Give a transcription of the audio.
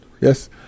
Yes